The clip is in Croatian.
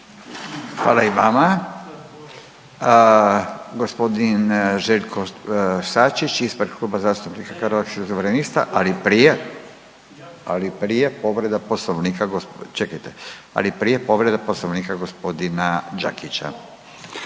Hvala i vama. Gospodin Željko Sačić ispred Kluba zastupnika Hrvatskih suverenista, ali prije, ali prije povreda poslovnika go…, čekajte,